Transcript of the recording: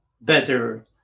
better